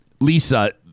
Lisa